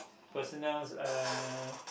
personals uh